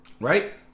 Right